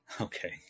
Okay